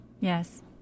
Yes